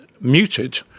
muted